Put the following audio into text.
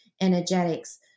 energetics